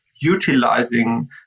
utilizing